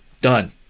done